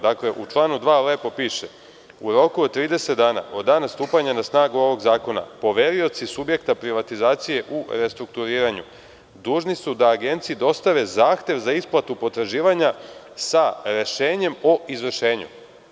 Dakle, u članu 2. lepo piše – u roku od 30 dana od dana stupanja na snagu ovog zakona poverioci subjekta privatizacije u restrukturiranju dužni su da agenciji dostave zahtev za isplatu potraživanja sa rešenjem o izvršenju.